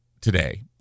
today